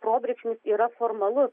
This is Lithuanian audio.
probrėkšmis yra formalus